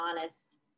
honest